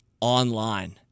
online